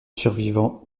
survivants